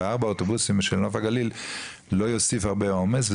וארבעה אוטובוסים של נוף הגליל לא יוסיפו המון עומס,